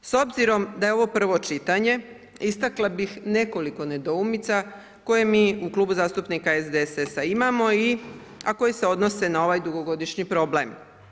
S obzirom da je ovo prvo čitanje istakla bih nekoliko nedoumica koje mi u Klubu zastupnika SDSS-a imamo a koje se odnose na ovaj dugogodišnji problem.